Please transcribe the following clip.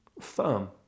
firm